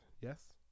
Yes